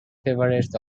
favourites